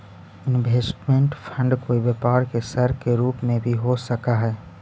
investment fund कोई व्यापार के सर के रूप में भी हो सकऽ हई